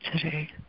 today